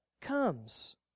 comes